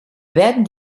werden